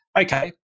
okay